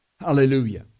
Hallelujah